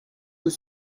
tout